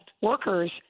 workers